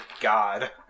God